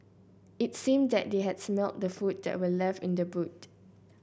it seemed that they had smelt the food that were left in the boot